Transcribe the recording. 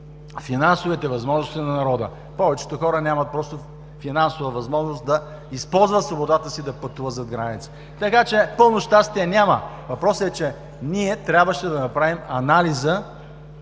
финансовите възможности на народа. Повечето хора просто нямат финансова възможност да използват свободата си да пътуват зад граница. Така че пълно щастие няма. Въпросът е, че ние трябваше да направим анализа